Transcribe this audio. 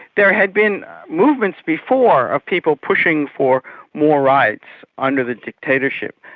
there had been movements before of people pushing for more rights under the dictatorship,